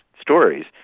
stories